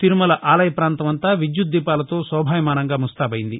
తిరుమల ఆలయ పాంతం అంతా విద్యుద్దీపాలతో శోభాయమానంగా ముస్తాబైంది